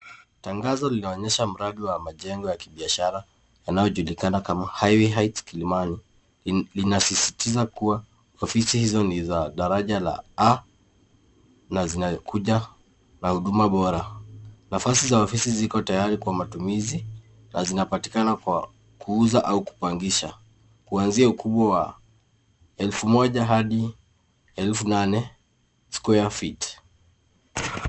Tangazo linaonyesha mradi wa majengo ya kibiashara yanayojulikana kama Highway Heights Kilimani. LInasisitiza kuwa ofisi hizo ni za daraja la A na zinakuja na huduma bora. Nafasi za ofisi ziko tayari kwa matumizi na zinapatikana kwa kuuza au kupangisha kuanzia ukubwa wa elfu moja hadi elfu nane square feet .